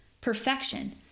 perfection